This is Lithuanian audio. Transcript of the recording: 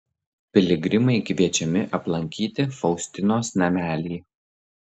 piligrimai kviečiami aplankyti faustinos namelį